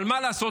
אבל מה לעשות,